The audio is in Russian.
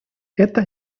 это